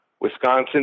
Wisconsin